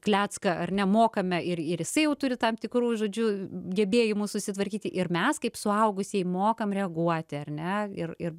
klecką ar ne mokame ir ir jisai jau turi tam tikrų žodžiu gebėjimų susitvarkyti ir mes kaip suaugusieji mokam reaguoti ar ne ir ir